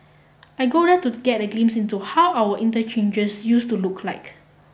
I go there to get a glimpse into how our interchanges use to look like